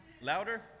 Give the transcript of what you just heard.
Louder